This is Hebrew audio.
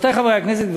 רבותי חברי הכנסת,